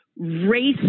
racist